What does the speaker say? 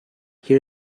here